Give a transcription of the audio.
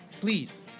please